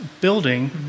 building